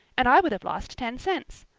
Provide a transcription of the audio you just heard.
and i would have lost ten cents.